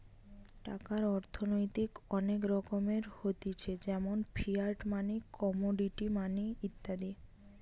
টাকার অর্থনৈতিক অনেক রকমের হতিছে যেমন ফিয়াট মানি, কমোডিটি মানি ইত্যাদি